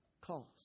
calls